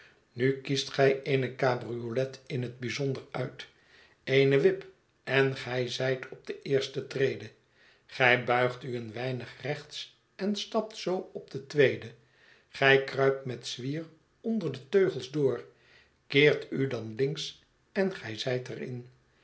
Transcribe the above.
nu kiest gij eene cabriolet in het bijzonder uit eene wip en gij zijt op de eerste trede gij buigt u een weinig rechts en stapt zoo op de tweede gij kruipt met zwier onder de teugels door keert u dan links en gij zijt er